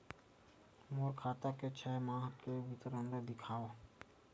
मोर खाता के छः माह के विवरण ल दिखाव?